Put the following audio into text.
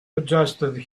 adjusted